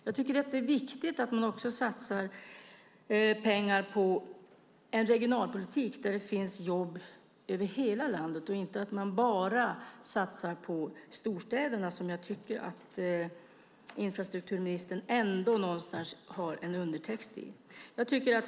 Det är också viktigt att satsa pengar på en regionalpolitik över hela landet där det finns jobb, inte att bara satsa på storstäderna, något som jag tycker finns i infrastrukturministerns undertext.